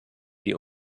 die